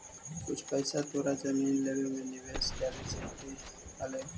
कुछ पइसा तोरा जमीन लेवे में निवेश करे चाहित हलउ